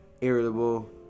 irritable